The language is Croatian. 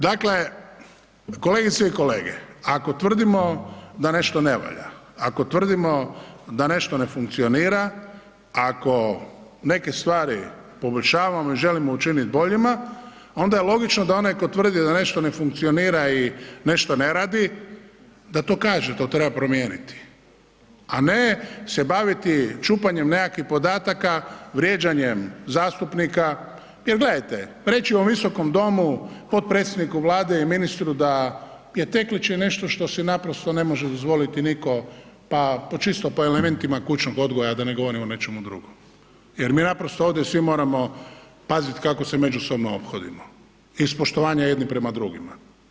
Dakle, kolegice i kolege, ako tvrdimo da nešto ne valja, ako tvrdimo da nešto ne funkcionira, ako neke stvari poboljšavamo i želimo učiniti boljima onda je logično da onaj tko tvrdi da nešto ne funkcionira i nešto ne radi, da to kaže da to treba promijeniti a ne se baviti čupanjem nekakvih podataka vrijeđanjem zastupnika jer gledajte, riječ je o Visokom domu, potpredsjedniku Vlade i ministru da je teklič je nešto što si naprosto ne može dozvoliti nitko pa čisto elementima kućnog odgoja, da ne govorim o nečemu drugom jer mi naprosto ovdje svi moramo paziti kako se međusobno ophodimo iz poštovanja jedni prema drugima.